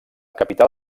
capital